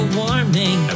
warming